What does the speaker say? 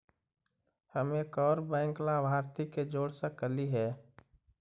हम एक और बैंक लाभार्थी के जोड़ सकली हे?